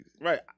Right